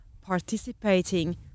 participating